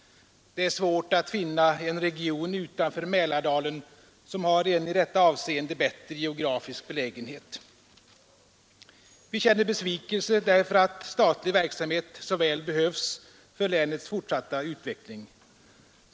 Det är svårt att finna en region utanför Mälardalen som har en i detta avseende bättre geografisk belägenhet. Vi känner besvikelse därför att statlig verksamhet så väl behövs för länets fortsatta utveckling.